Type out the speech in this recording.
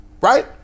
right